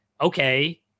okay